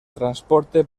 transporte